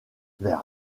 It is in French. vers